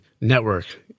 network